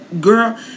Girl